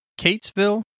Catesville